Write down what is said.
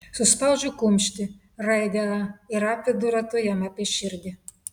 suspaudžiu kumštį raidę a ir apvedu ratu jam apie širdį